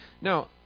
Now